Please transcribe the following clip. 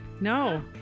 No